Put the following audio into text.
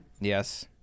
yes